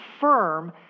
firm